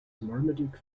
marmaduke